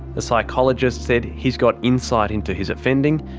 the psychologist said he's got insight into his offending,